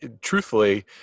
truthfully